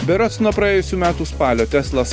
berods nuo praėjusių metų spalio teslos